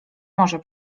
może